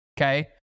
okay